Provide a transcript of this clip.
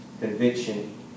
conviction